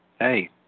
hey